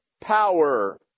power